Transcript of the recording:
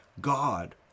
God